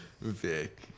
Vic